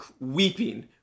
weeping